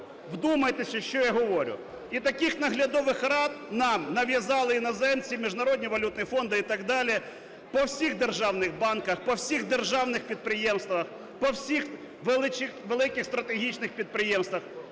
Вдумайтесь, що я говорю! І таких наглядових рад нам нав'язали, іноземці, міжнародні валютні фонди і так далі, по всіх державних банках, по всіх державних підприємствах, по всіх великих стратегічних підприємствах.